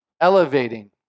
elevating